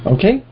Okay